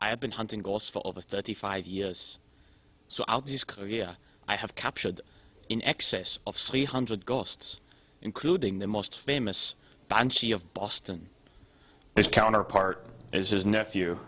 i have been hunting goals for over thirty five years so i'll just yeah i have captured in excess of sea hundred ghosts including the most famous bunchy of boston his counterpart is his nephew